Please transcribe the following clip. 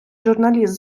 журналіст